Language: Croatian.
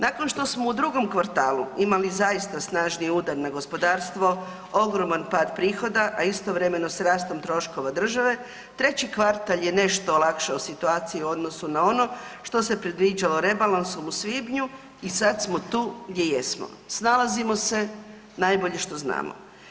Nakon što smo u drugom kvartalu imali zaista snažni udar na gospodarstvo, ogroman pad prihoda, a istovremeno s rastom troškova države treći kvartal je nešto olakšao situaciju u odnosu na ono što se predviđalo rebalansom u svibnju i sada smo tu gdje jesmo, snalazimo se najbolje što znamo.